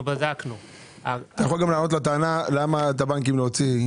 בדקנו --- אתה יכול גם לענות על למה להוציא את הבנקים.